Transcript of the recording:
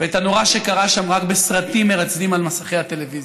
ואת הנורא שקרה שם רק בסרטים מרצדים על מסכי הטלוויזיה?